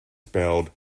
spelled